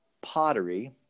pottery